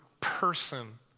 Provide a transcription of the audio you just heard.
person